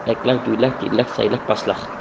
এক লাখ দুই লাখ তিনি লাখ চাৰি লাখ পাঁচ লাখ